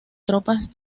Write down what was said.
tropas